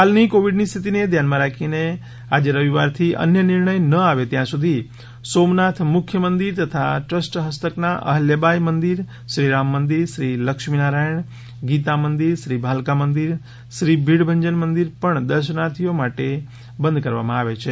હાલની કોવિડની સ્થિતિને ધ્યાનમાં રાખી આ જે રવિવારથી અન્ય નિર્ણયના આવે ત્યાં સુધી સોમનાથ મુખ્ય મંદિર તથા ટ્રસ્ટ હસ્તકના અહલ્યાબાઈ મંદિર શ્રીરામ મંદિર શ્રી લક્ષ્મીનારાયણ ગીતામંદિર શ્રી ભાલકા મંદિર શ્રીભીડભંજન મંદિર પણ દર્શનાર્થીઓ માટે દર્શન બંધ કરવામાં આવે છે